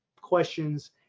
questions